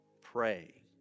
Pray